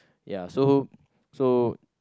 ya so so